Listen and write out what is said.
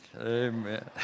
Amen